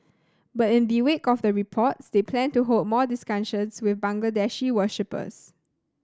but in the wake of the reports they plan to hold more discussions with Bangladeshi worshippers